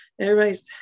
Everybody's